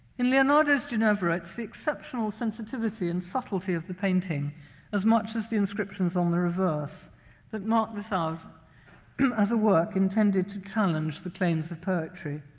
in leonardo's ginevra, it's the exceptional sensitivity and subtlety of the painting as much as the inscriptions on the reverse that map this out as a work intended to challenge the claims of poetry.